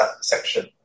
section